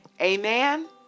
Amen